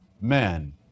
men